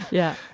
yeah.